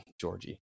Georgie